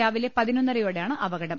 രാവിലെ പതിനൊന്നരയോടെയാണ് അപകടം